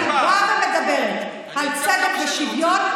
כשאני באה ומדברת על צדק ושוויון,